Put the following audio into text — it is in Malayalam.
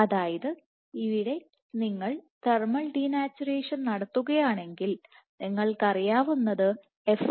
അതായത് ഇവിടെ നിങ്ങൾ തെർമൽ ഡിനാച്ചുറേഷൻ നടത്തുകയാണെങ്കിൽ നിങ്ങൾക്കറിയാവുന്നത് എഫ്